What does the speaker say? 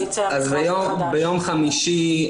ביום חמישי,